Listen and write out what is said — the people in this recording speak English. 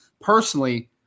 Personally